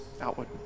outward